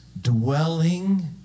dwelling